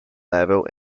level